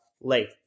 late